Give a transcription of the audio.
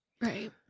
Right